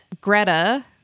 Greta